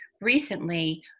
recently